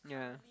yeah